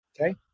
okay